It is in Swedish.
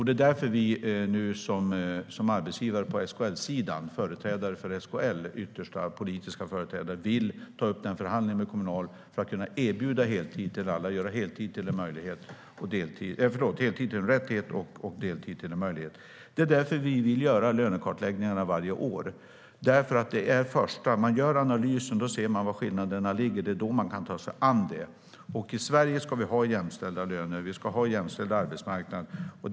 Det är därför vi som yttersta politiska företrädare på SKL-sidan vill ta upp en förhandling med Kommunal för att kunna erbjuda heltid till alla. Vi vill göra heltid till en rättighet och deltid till en möjlighet. Vi vill göra lönekartläggningar varje år. Det är först när vi gör analysen som vi ser var skillnaderna ligger och kan ta oss an det. I Sverige ska vi ha jämställda löner och en jämställd arbetsmarknad.